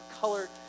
color